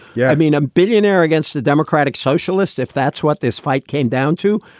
yeah. i mean, a billionaire against a democratic socialist, if that's what this fight came down to.